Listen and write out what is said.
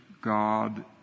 God